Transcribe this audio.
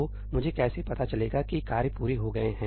तो मुझे कैसे पता चलेगा कि कार्य पूरे हो गए हैं सही है